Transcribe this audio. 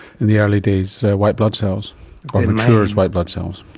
in the early days, white blood cells, or it matures white blood cells.